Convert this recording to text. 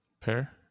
Pair